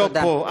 לא פה.